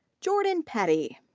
jordan petty.